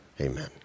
Amen